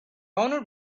owner